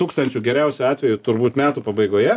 tūkstančių geriausiu atveju turbūt metų pabaigoje